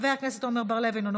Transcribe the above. חברת הכנסת לאה פדידה,